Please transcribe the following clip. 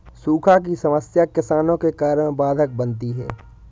सूखा की समस्या किसानों के कार्य में बाधक बनती है